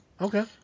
Okay